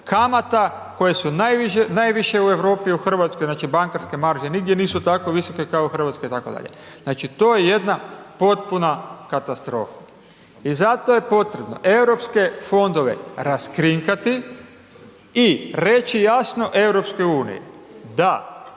kamata koje su najviše u Europi u Hrvatskoj. Znači bankarske marže nigdje nisu tako visoke kao u Hrvatskoj itd., znači to je jedna potpuna katastrofa. I zato je potrebno Europske fondove raskrinkati i reći jasno EU da